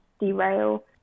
derail